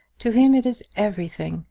to him it is everything.